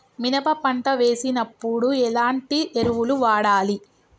మినప పంట వేసినప్పుడు ఎలాంటి ఎరువులు వాడాలి?